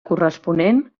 corresponent